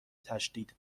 تجدید